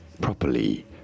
properly